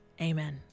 amen